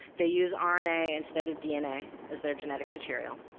they use um rna instead of dna as their genetic material,